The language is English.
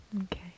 Okay